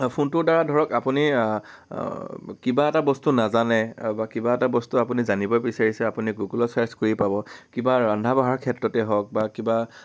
ফোনটোৰ দ্বাৰা ধৰক আপুনি কিবা এটা বস্তু নাজানে বা কিবা এটা বস্তু আপুনি জানিব বিচাৰিছে আপুনি গুগলত চাৰ্ছ কৰিয়ে পাব কিবা ৰন্ধা বঢ়াৰ ক্ষেত্ৰতে হওক বা কিবা